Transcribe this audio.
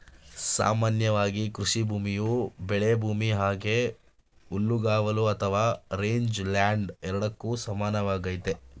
ಸಾಮಾನ್ಯವಾಗಿ ಕೃಷಿಭೂಮಿಯು ಬೆಳೆಭೂಮಿ ಹಾಗೆ ಹುಲ್ಲುಗಾವಲು ಅಥವಾ ರೇಂಜ್ಲ್ಯಾಂಡ್ ಎರಡಕ್ಕೂ ಸಮಾನವಾಗೈತೆ